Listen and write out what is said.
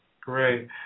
great